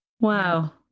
Wow